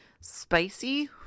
spicy